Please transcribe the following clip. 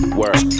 work